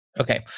Okay